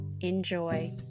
Enjoy